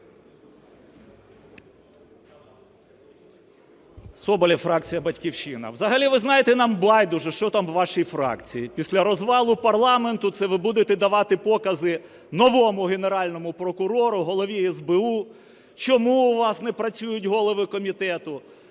Соболєв, фракція "Батьківщина". Взагалі ви знаєте, нам байдуже, що там у вашій фракції. Після розвалу парламенту це ви будете давати покази новому Генеральному прокурору, Голові СБУ, чому у вас не працюють голови комітету,